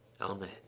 Amen